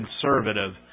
conservative